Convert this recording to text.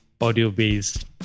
audio-based